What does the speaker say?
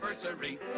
anniversary